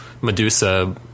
Medusa